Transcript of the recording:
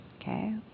okay